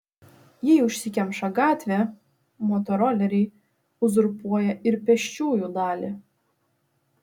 jei užsikemša gatvė motoroleriai uzurpuoja ir pėsčiųjų dalį